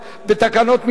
בתקנות,